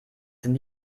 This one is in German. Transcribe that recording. sind